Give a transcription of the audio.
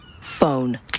Phone